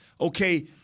Okay